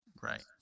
Right